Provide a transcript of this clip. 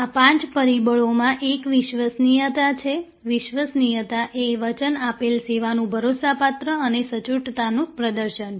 આ પાંચ પરિબળોમાં એક વિશ્વસનીયતા છે વિશ્વસનીયતા એ વચન આપેલ સેવાનું ભરોસાપાત્ર અને સચોટતા નું પ્રદર્શન છે